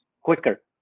quicker